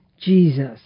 Jesus